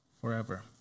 forever